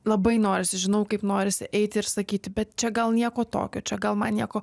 labai norisi žinau kaip norisi eiti ir sakyti bet čia gal nieko tokio čia gal man nieko